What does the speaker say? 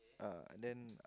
uh then